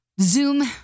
zoom